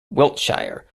wiltshire